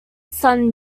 son